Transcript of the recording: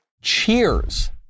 Cheers